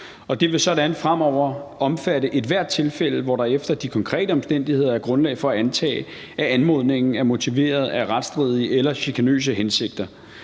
Det vil fremover omfatte ethvert tilfælde, hvor der efter de konkrete omstændigheder er grundlag for at antage, at anmodningen er motiveret af retsstridige eller chikanøse hensigter.